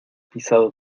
pisado